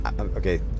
okay